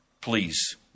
Please